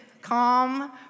calm